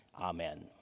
Amen